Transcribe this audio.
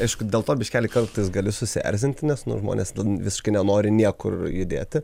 aišku dėl to biškeli kartais gali susierzinti nes nu žmonės visiškai nenori niekur judėti